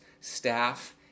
staff